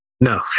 No